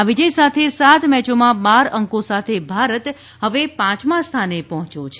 આ વિજય સાથે સાત મેચોમાં બાર અંકો સાથે ભારત હવે પાંચમા સ્થાને પહોંચ્યો છે